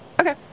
Okay